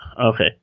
Okay